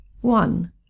One